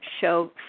show